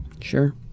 Sure